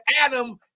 Adam